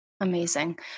amazing